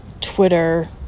Twitter